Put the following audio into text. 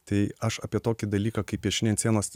tai aš apie tokį dalyką kaip piešiniai ant sienos